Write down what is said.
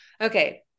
Okay